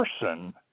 person